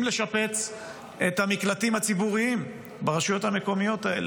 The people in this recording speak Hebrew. לשפץ את המקלטים הציבוריים ברשויות המקומיות האלה.